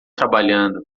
trabalhando